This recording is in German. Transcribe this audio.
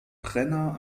brenner